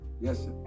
Yes